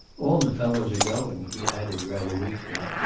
all the fellows are going, he added, rather weakly.